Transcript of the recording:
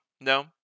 No